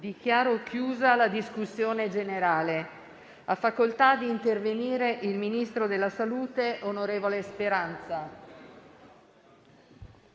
Dichiaro chiusa la discussione. Ha chiesto di intervenire il ministro della salute, onorevole Speranza.